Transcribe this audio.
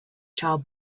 child